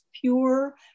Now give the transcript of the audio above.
pure